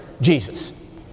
Jesus